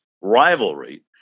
rivalry